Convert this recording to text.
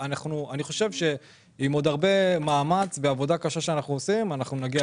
אני חושב שעם עוד הרבה מאמץ ועבודה קשה שאנחנו עושים נגיע ליעד.